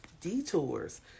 detours